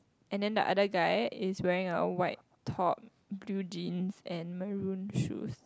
and then the other guy is wearing a white top blue jeans and maroon shoes